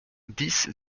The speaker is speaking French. dix